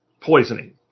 poisoning